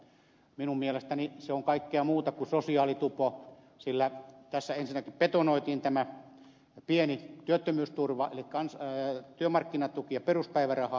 minun mielestäni se on kaikkea muuta kuin sosiaalitupo sillä tässä ensinnäkin betonoitiin tämä pieni työttömyysturva eli työmarkkinatuki ja peruspäiväraha